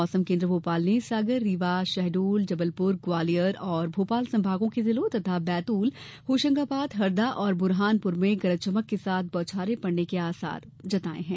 मौसम केन्द्र भोपाल ने सागर रीवा शहडोल जबलपुर ग्वालियर और भोपाल संभागों के जिलों तथा बैतूल होशंगाबाद हरदा और बुरहानपुर में गरज चमक के साथ बौछारें पड़ने के आसार जताये हैं